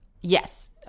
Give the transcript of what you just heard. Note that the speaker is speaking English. yes